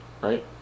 Right